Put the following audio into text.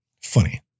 Funny